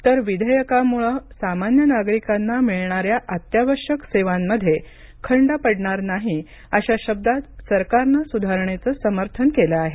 तर विधेयकामुळे सामान्य नागरिकांना मिळणाऱ्या अत्यावश्यक सेवांमध्ये खंड पडणार नाही अशा शब्दांत सरकारनं सुधारणेचं समर्थन केलं आहे